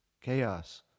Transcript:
chaos